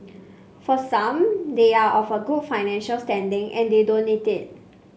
for some they are of a good financial standing and they don't need it